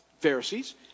Pharisees